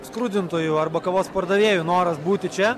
skrudintojų arba kavos pardavėjų noras būti čia